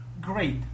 great